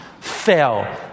fell